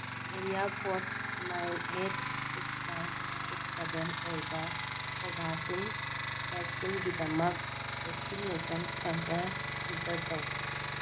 area code nine eight six nine six seven ꯑꯣꯏꯕ Covaxin ꯚꯦꯛꯁꯤꯟꯒꯤꯗꯃꯛ vaccination centre filter ꯇꯧ